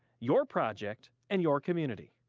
your project and your community.